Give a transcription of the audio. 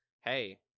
Hey